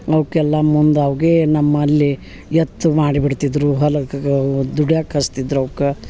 ಅವ್ಕೆಲ್ಲ ಮುಂದು ಅವ್ಗೆ ನಮ್ಮಲ್ಲಿ ಎತ್ತು ಮಾಡಿ ಬಿಡ್ತಿದ್ದರು ಹೊಲಕಕ್ ದುಡಿಯಾಕೆ ಕಲ್ಸ್ತಿದ್ರ ಅವ್ಕ